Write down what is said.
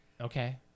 Okay